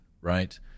right